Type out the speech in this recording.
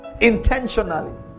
Intentionally